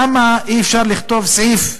למה אי-אפשר לכתוב סעיף קצר: